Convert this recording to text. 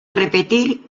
repetir